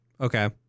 Okay